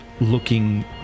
looking